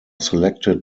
selected